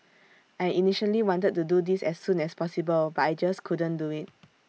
I initially wanted to do this as soon as possible but I just couldn't do IT